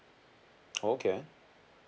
oh okay